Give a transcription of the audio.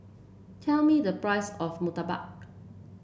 tell me the price of murtabak